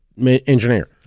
Engineer